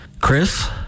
Chris